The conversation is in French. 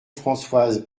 françoise